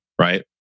right